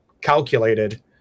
calculated